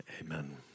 amen